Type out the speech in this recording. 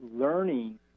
learning